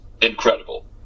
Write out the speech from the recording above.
incredible